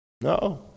no